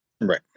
Right